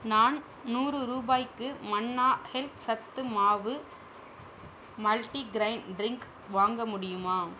நான் நூறு ரூபாய்க்கு மன்னா ஹெல்த் சத்துமாவு மல்டிக்ரைன் ட்ரிங்க் வாங்க முடியுமா